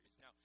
Now